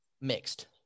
mixed